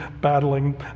battling